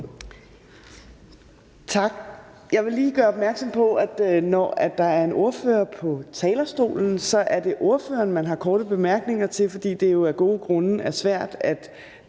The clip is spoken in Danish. Tak. Jeg vil lige gøre opmærksom på, at når der er en ordfører på talerstolen, er det ordføreren, man har korte bemærkninger til, fordi det af gode grunde er svært at